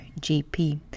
GP